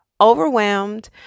overwhelmed